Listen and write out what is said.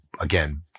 again